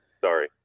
Sorry